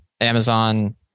Amazon